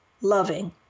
loving